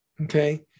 Okay